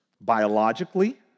Biologically